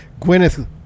Gwyneth